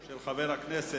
של חבר הכנסת